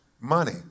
money